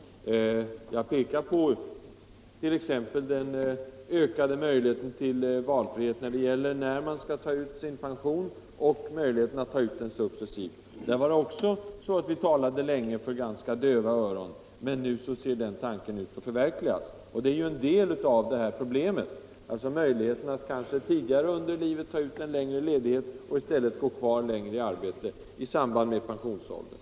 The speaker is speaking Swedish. Jag kan t.ex. peka på den ökade möjligheten till valfrihet beträffande tidpunkten när man skall ta ut sin pension och möjligheten att göra det successivt. Där talade vi länge för ganska döva öron, men nu ser den tanken ut att kunna förverkligas. Det är en del av detta problem — möjligheten att tidigare under livet ta ut en längre ledighet och i stället gå kvar längre i arbetet i samband med pensionsåldern.